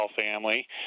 family